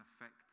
effect